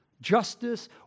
justice